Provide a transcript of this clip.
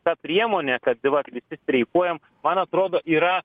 ta priemonė kad vat visi streikuojam man atrodo yra